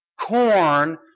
corn